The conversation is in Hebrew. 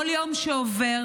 כל יום שעובר,